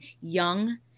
young